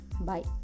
Bye